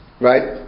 right